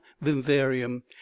vivarium